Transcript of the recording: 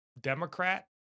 Democrat